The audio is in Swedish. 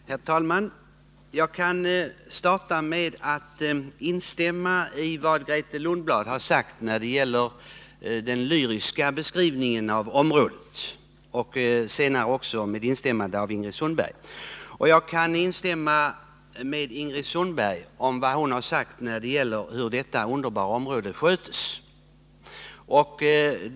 Herr talman! Jag kan starta med att instämma i vad Grethe Lundblad har sagt — senare med instämmande av Ingrid Sundberg — när det gäller den lyriska beskrivningen av området. Jag kan också instämma i vad Ingrid Sundberg har sagt om hur detta underbara område sköts.